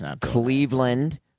Cleveland